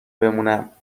بمونم